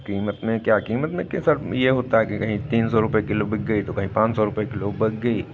कीमत में क्या कीमत में तो सर ये होता है कि कहीं तीन सौ रुपए किलो बिक गई तो कही पांच सौ रुपए किलो बिक गई